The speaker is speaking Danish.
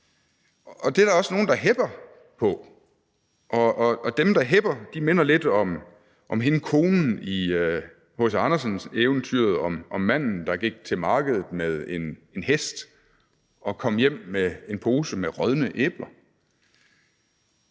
Det er der også nogle, der hepper på, og dem, der hepper, minder lidt om hende konen i H.C. Andersens eventyr om manden, der gik til markedet med en hest og kom hjem med en pose med rådne æbler.